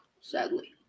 Sadly